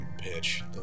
pitch